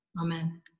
Amen